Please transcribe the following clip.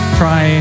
try